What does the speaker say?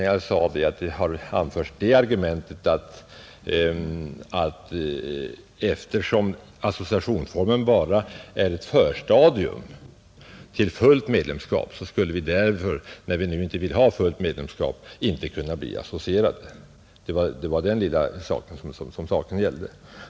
Jag sade att det argumentet anförts att eftersom associationsformen bara är ett förstadium till fullt medlemskap skulle vi — när vi nu inte vill ha fullt medlemskap — inte kunna bli associerade. Det var vad saken gällde.